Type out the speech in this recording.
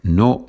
no